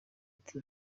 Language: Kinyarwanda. ati